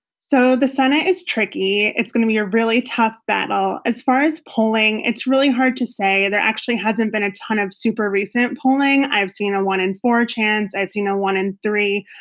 so the senate is tricky. it's going to be a really tough battle. as far as polling, it's really hard to say. there actually hasn't been a ton of super recent polling. i've seen one in four chance, i've seen you know one in three,